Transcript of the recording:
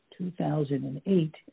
2008